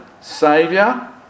saviour